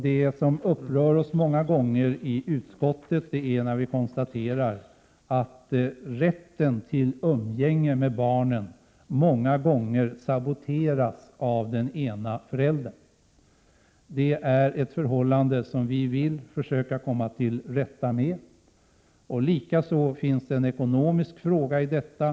Det upprör oss i utskottet att vi ofta kan konstatera att rätten till umgänge med barnen många gånger saboteras av den ena föräldern. Detta är ett förhållande som vi vill försöka komma till rätta med. Det finns också en ekonomisk fråga i detta sammanhang.